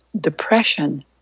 depression